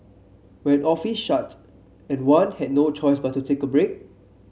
when offices shut and one had no choice but to take a break